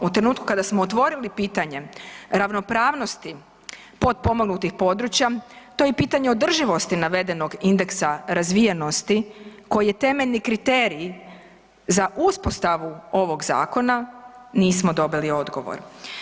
U trenutku kada smo otvorili pitanje ravnopravnosti potpomognutih područja to je i pitanje održivosti navedenog indeksa razvijenosti koji je temeljni kriterij za uspostavu ovog zakona, nismo dobili odgovor.